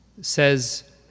says